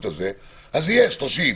אז זה יהיה 30,